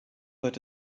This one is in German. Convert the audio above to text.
wird